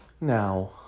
Now